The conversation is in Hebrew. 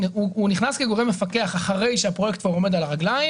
הוא נכנס כגורם מפקח אחרי שהפרויקט כבר עומד על הרגליים.